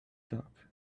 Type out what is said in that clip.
dark